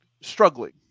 struggling